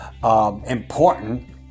important